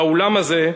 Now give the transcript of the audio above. באולם הזה,